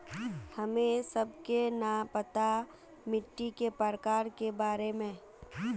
हमें सबके न पता मिट्टी के प्रकार के बारे में?